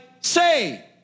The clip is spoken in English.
say